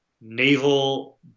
naval